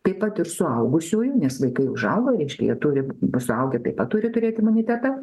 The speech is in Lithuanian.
taip pat ir suaugusiųjų nes vaikai užaugo reiškia jie turi suaugę taip pat turi turėti imunitetą